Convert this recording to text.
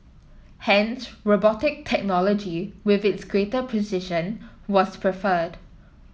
hence robotic technology with its greater precision was preferred